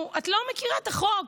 את לא מכירה את החוק,